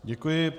Děkuji.